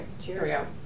Cheers